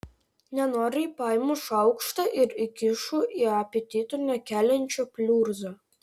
nenoriai paimu šaukštą ir įkišu į apetito nekeliančią pliurzą